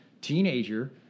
teenager